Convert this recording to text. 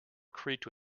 creaked